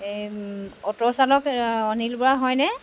এই অ'টো চালক অনিল বৰা হয়নে